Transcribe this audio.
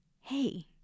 hey